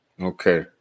okay